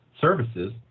services